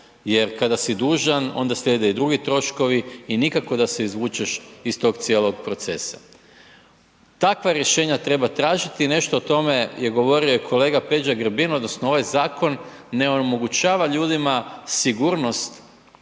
jer kada si dužan onda slijede i drugi troškovi i nikako da se izvučeš iz tog cijelog procesa. Takva rješenja treba tražiti i nešto o tome je govorio i kolega Peđa Grbin odnosno ovaj zakon ne omogućava ljudima sigurnost